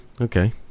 okay